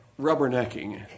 rubbernecking